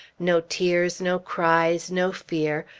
no tears, no cries, no fear,